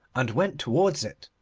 and went towards it.